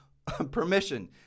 permission